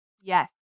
yes